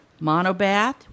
monobath